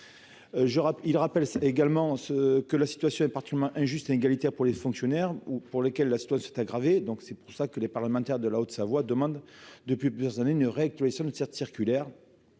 il rappelle également ce que la situation est parti humain, injuste, inégalitaire pour les fonctionnaires ou pour lesquels la situation est aggravée, donc c'est pour ça que les parlementaires de la Haute-Savoie demande depuis plusieurs années ne règle qui cette circulaire